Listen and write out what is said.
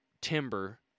timber